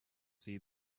see